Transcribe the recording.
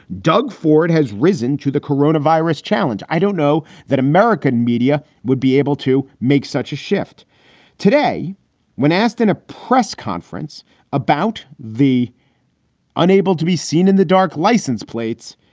doug ford has risen to the corona virus challenge. i don't know that american media would be able to make such a shift today when asked in a press conference about the unable to be seen in the dark. license plates.